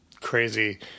crazy